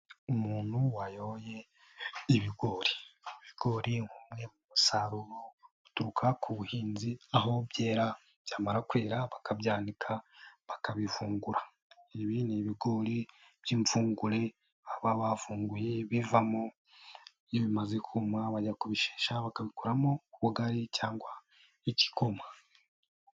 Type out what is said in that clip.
Umuntu wayoye ibigori, ibigori ni umwe mu musaruro uturuka ku buhinzi aho byera byamara kwera bakabyanika bakabivungura, ibi ni ibigori by'imvungure baba bavunguye, ibivamo iyo bimaze kuma bajya kubishesha bakabikuramo ubugari cyangwa igikoma.